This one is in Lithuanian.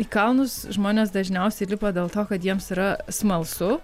į kalnus žmonės dažniausiai lipa dėl to kad jiems yra smalsu